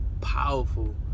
powerful